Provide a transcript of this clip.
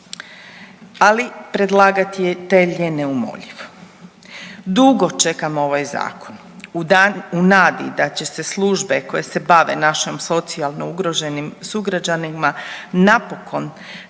ali predlagatelj je neumoljiv. Dugo čekamo ovaj zakon u nadi da će se službe koje se bave našim socijalno ugroženim sugrađanima napokon